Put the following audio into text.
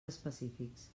específics